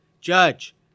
judge